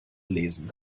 lesen